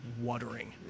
watering